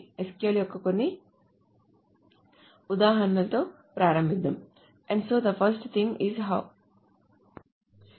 SQL యొక్క కొన్ని ఉదాహరణలతో ప్రారంభిద్దాం